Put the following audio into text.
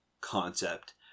concept